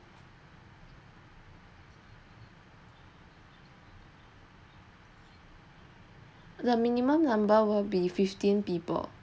the minimum number will be fifteen people